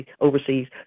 overseas